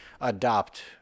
adopt